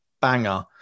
banger